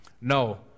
No